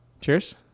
Cheers